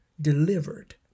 delivered